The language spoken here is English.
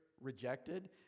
rejected